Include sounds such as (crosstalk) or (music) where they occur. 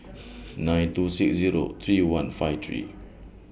(noise) nine two six Zero three one five three